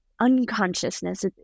unconsciousness